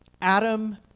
Adam